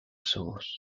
sauce